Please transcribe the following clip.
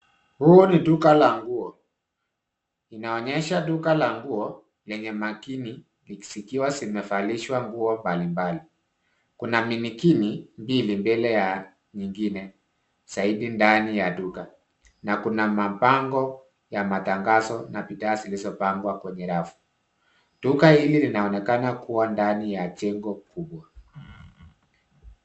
Huu ni duka la nguo. Inaonyesha duka la nguo yenye mannequin zikiwa zimevalishwa nguo mbali mbali. Kuna mannequin mbili mbele ya nyingine zaidi ndani ya duka na kuna mabango ya matangazo na bidhaa zilizopangwa kwenye rafu. Duka hili linaonekana kuwa ndani ya jengo kubwa.